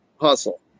hustle